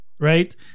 right